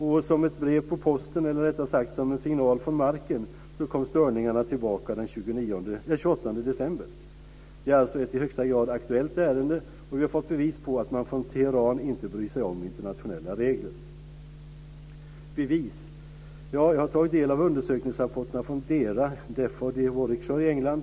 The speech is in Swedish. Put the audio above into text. Och som ett brev på posten eller, rättare sagt, som en signal från marken kom störningarna tillbaka den 28 december. Det är alltså ett i högsta grad aktuellt ärende, och vi har fått bevis på att man från Teheran inte bryr sig om internationella regler. När det gäller bevis har jag tagit del av undersökningsrapporterna från DERA i Defford i Warwickshire i England.